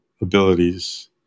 abilities